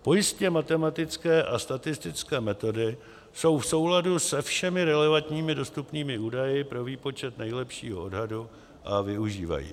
Pojistněmatematické a statistické metody jsou v souladu se všemi relevantními dostupnými údaji pro výpočet nejlepšího odhadu a využívají je.